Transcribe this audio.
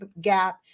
gap